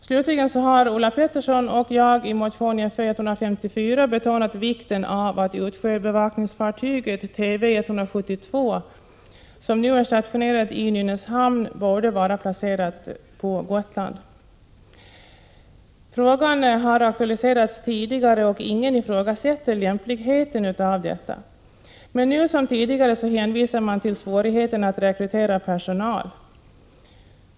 Slutligen har Ulla Pettersson och jag i motionen Fö154 betonat vikten av att utsjöbevakningsfartyget Tv 172, som nu är stationerat i Nynäshamn, borde vara placerat på Gotland. Frågan har aktualiserats tidigare, och ingen ifrågasätter lämpligheten av detta. Men nu som tidigare hänvisar man till svårigheten att rekrytera personal.